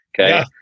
Okay